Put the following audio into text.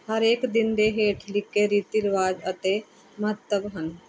ਹਰੇਕ ਦਿਨ ਦੇ ਹੇਠ ਲਿਖੇ ਰੀਤੀ ਰਿਵਾਜ਼ ਅਤੇ ਮਹੱਤਵ ਹਨ